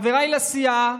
חבריי לסיעה,